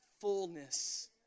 fullness